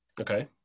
okay